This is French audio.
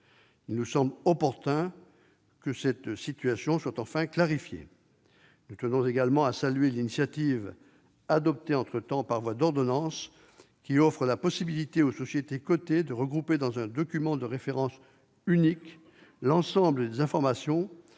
Il nous semble opportun que cette situation soit enfin clarifiée. Nous tenons également à saluer l'initiative, concrétisée entre-temps par voie d'ordonnance, qui offre la possibilité aux sociétés cotées de regrouper dans un document de référence unique l'ensemble des informations